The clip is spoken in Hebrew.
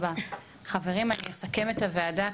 חברים, אני אסכם את הוועדה.